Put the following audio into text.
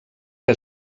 que